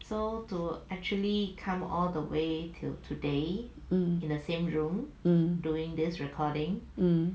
um